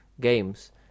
games